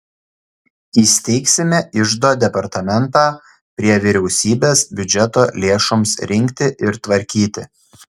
įsteigsime iždo departamentą prie vyriausybės biudžeto lėšoms rinkti ir tvarkyti